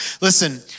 Listen